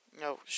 no